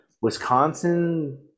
Wisconsin